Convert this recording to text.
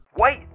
Wait